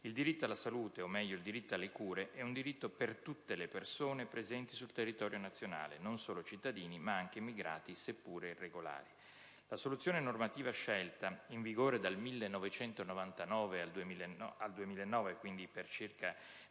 il diritto alla salute, o meglio, il diritto alle cure, è un diritto per tutte le persone presenti sul territorio nazionale: non solo dei cittadini, ma anche degli immigrati, seppure irregolari. La soluzione normativa scelta, in vigore dal 1999 al 2009 (quindi per circa